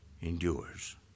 endures